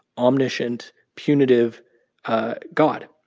omniscient, punitive god,